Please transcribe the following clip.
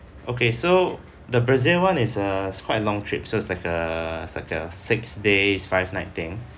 okay so the brazil one is a quite a long trip so it's like a it's like a six days five night thing